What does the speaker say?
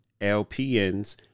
LPNs